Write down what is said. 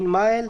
עין מאהל,